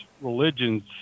religions